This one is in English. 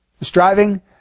Striving